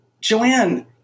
Joanne